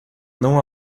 não